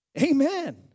Amen